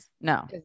no